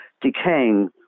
decaying